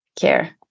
care